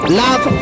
love